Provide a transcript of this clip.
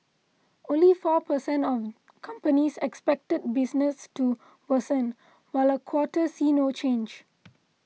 only four per cent of companies expected business to worsen while a quarter see no change